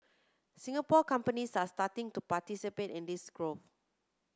Singapore companies are starting to participate in this growth